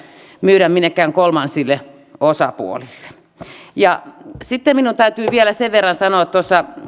myydä minnekään kolmansille osapuolille sitten minun täytyy vielä sen verran sanoa tuossa